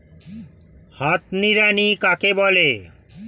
হাত নিড়ানি কাকে বলে?